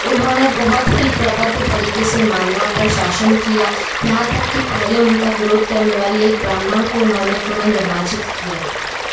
उन्होंने बहुत ही प्रबुद्ध तरीके से मालवा पर शासन किया यहाँ तक कि पहले उनका विरोध करने वाले एक ब्राह्मण को उन्होंने पुनः निर्वाचित किया